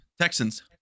Texans